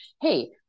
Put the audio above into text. Hey